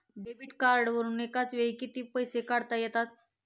Debit कार्डवरुन एका वेळी किती पैसे काढता येतात?